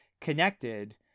connected